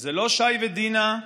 שזה לא שי ודינה,